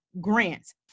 grants